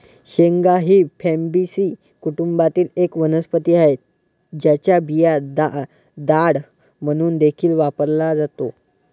शेंगा ही फॅबीसी कुटुंबातील एक वनस्पती आहे, ज्याचा बिया डाळ म्हणून देखील वापरला जातो